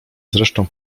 zresztą